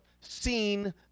seen